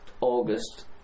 August